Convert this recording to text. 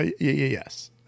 yes